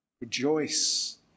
Rejoice